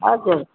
हजुर